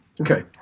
Okay